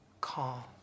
calm